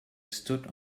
stood